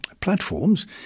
platforms